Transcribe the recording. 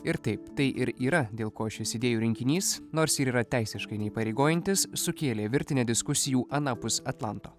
ir taip tai ir yra dėl ko šis idėjų rinkinys nors yra teisiškai neįpareigojantis sukėlė virtinę diskusijų anapus atlanto